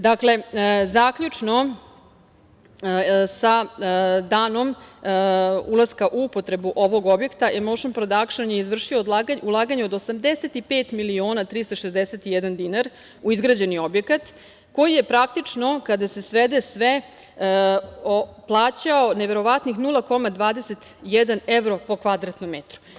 Dakle, zaključno sa danom ulaska u upotrebu ovog objekata „Emoušn prodakšn“ je izvršio ulaganje od 85.361.000 dinar u izgrađeni objekat koji je, praktično, kada se svede sve, plaćao neverovatnih 0,21 evro po kvadratnom metru.